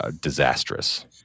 disastrous